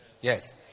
Yes